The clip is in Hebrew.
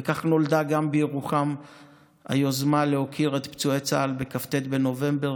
וכך נולדה גם בירוחם היוזמה להוקיר את פצועי צה"ל בכ"ט בנובמבר,